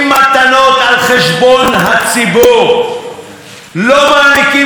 ומגינים בחירוף נפש על שאול אלוביץ',